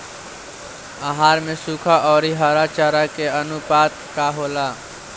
आहार में सुखा औरी हरा चारा के आनुपात का होला?